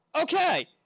Okay